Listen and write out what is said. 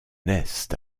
naissent